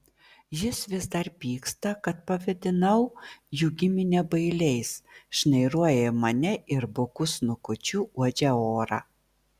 jis vis dar pyksta kad pavadinau jų giminę bailiais šnairuoja į mane ir buku snukučiu uodžia orą